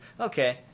Okay